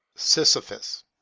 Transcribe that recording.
Sisyphus